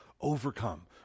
overcome